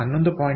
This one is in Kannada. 6 11